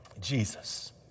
Jesus